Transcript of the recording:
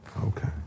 Okay